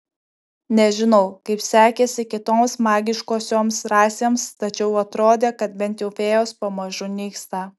nežinau kaip sekėsi kitoms magiškosioms rasėms tačiau atrodė kad bent jau fėjos pamažu nyksta